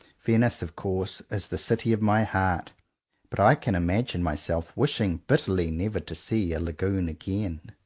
venice of course is the city of my heart but i can imagine myself wishing bitterly never to see a lagoon again.